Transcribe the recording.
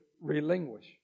relinquish